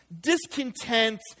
discontent